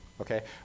Okay